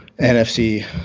NFC